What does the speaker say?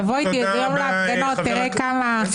תבוא איתי איזה יום להפגנות ותראה אנשים